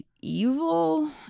evil